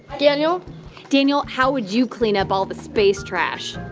daniel daniel, how would you clean up all the space trash?